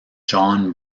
john